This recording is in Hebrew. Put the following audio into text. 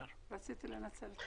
בבקשה.